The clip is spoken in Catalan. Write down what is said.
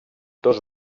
dos